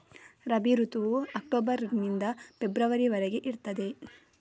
ರಬಿ ಋತುವು ಅಕ್ಟೋಬರ್ ನಿಂದ ಫೆಬ್ರವರಿ ವರೆಗೆ ಇರ್ತದೆ